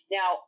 Now